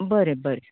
बरें बरें